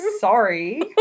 Sorry